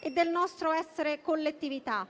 e del nostro essere collettività.